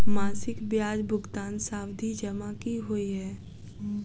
मासिक ब्याज भुगतान सावधि जमा की होइ है?